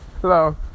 Hello